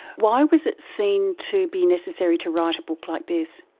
why was it seen to be necessary to write a book like this?